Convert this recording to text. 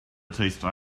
tasted